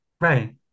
Right